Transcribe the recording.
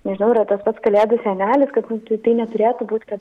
nežinau yra tas pats kalėdų senelis kad nu tai tai neturėtų būt kad